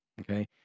okay